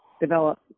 develop